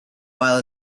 while